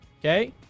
Okay